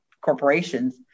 corporations